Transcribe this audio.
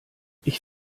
ich